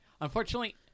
Unfortunately